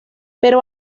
pero